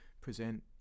present